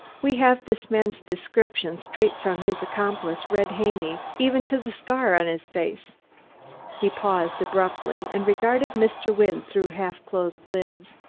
we have this man's description straight from his accomplice, red haney, even to the scar on his face he paused abruptly, and regarded mr. wynne through half-closed lids.